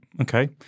Okay